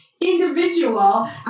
individual